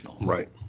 Right